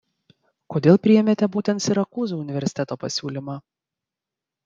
kodėl priėmėte būtent sirakūzų universiteto pasiūlymą